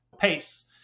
Pace